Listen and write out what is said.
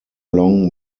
long